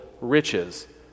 riches